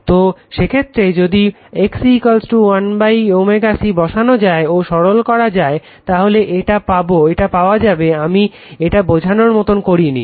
তো সেক্ষেত্রে যদি XC 1ω C বসানো যায় ও সরল করা যায় তাহলে এটা পাওয়া যাবে আমি এটা বোঝার মতো করিনি